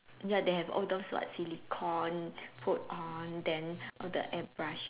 ya they have all those what silicon put on then all the airbrush